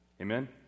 Amen